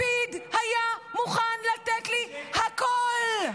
לפיד היה מוכן לתת לי הכול.